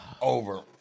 over